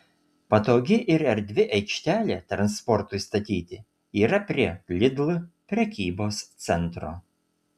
patogi ir erdvi aikštelė transportui statyti yra prie lidl prekybos centro